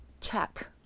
check